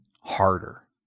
harder